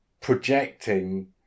projecting